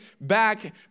back